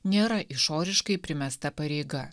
nėra išoriškai primesta pareiga